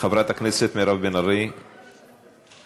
חברת הכנסת מירב בן ארי, הצעתך.